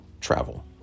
travel